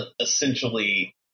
essentially